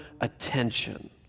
attention